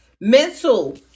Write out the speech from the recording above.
Mental